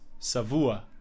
savua